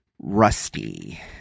rusty